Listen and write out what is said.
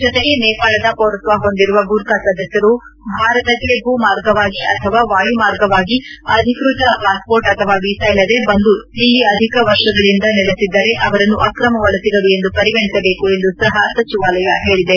ಜೊತೆಗೆ ನೇಪಾಳದ ಪೌರತ್ವ ಹೊಂದಿರುವ ಗೂರ್ಖಾ ಸದಸ್ಯರು ಭಾರತಕ್ನೆ ಭೂ ಮಾರ್ಗವಾಗಿ ಅಥವಾ ವಾಯುವಾಮರ್ಗವಾಗಿ ಅಧಿಕ್ವತ ಪಾಸ್ಪೋರ್ಟ್ ಅಥವಾ ವೀಸಾ ಇಲ್ಲದೆ ಬಂದು ಇಲ್ಲಿ ಅಧಿಕ ವರ್ಷಗಳಿಂದ ನೆಲೆಸಿದ್ದರೆ ಅವರನ್ನು ಅಕ್ರಮ ವಲಸಿಗರು ಎಂದು ಪರಿಗಣಿಸಬೇಕು ಎಂದೂ ಸಹ ಸಚಿವಾಲಯ ಹೇಳಿದೆ